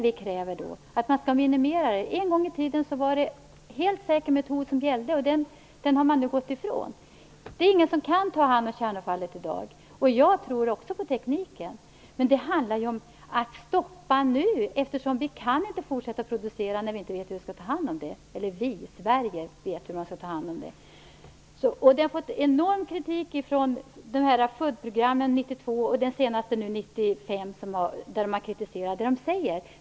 Vi kräver att man skall minimera det. En gång i tiden var det en helt säker metod som gällde, men den har man nu gått ifrån. Det är ingen som i dag kan ta hand om kärnavfallet. Jag tror också på tekniken. Men det handlar om att stoppa detta nu, eftersom vi inte kan fortsätta att producera kärnkraft när vi inte vet hur vi skall ta hand om avfallet. Och när jag säger vi menar jag Sverige. Det har kommit enorm kritik i FUD-programmet 92 och i FUD-programmet 95.